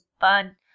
fun